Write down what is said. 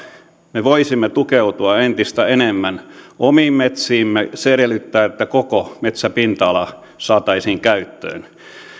me voisimme tukeutua entistä enemmän omiin metsiimme se edellyttää että koko metsäpinta ala saataisiin käyttöön